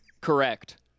Correct